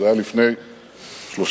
אתה רוצה שהוא יעביר לך את הנאום לפני כן שתאשר